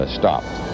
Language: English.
stopped